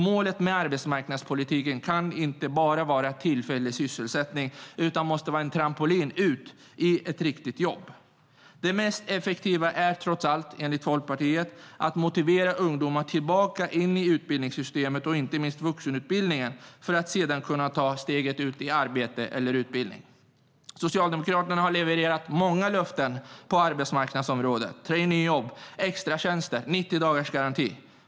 Målet med arbetsmarknadspolitiken kan inte bara vara tillfällig sysselsättning utan en trampolin ut i ett riktigt jobb. Det mest effektiva är trots allt, enligt Folkpartiet, att motivera ungdomar tillbaka in i utbildningssystemet och inte minst vuxenutbildningen för att de sedan ska kunna ta steget ut i arbete eller utbildning. Socialdemokraterna har levererat många löften på arbetsmarknadsområdet: traineejobb, extratjänster och 90-dagarsgaranti.